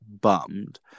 bummed